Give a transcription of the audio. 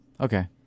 Okay